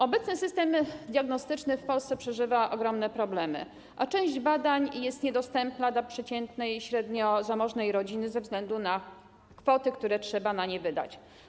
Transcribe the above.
Obecny system diagnostyczny w Polsce przeżywa ogromne problemy, a część badań jest niedostępna dla przeciętnej, średniozamożnej rodziny ze względu na kwoty, które trzeba na nie wydać.